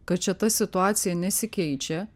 kad čia ta situacija nesikeičia